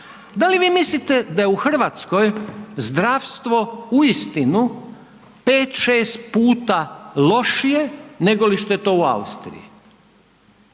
Da li vi mislite da je u Hrvatskoj zdravstvo uistinu 5,6 puta lošije negoli što je to u Austriji?